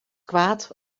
kwaad